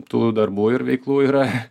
tų darbų ir veiklų yra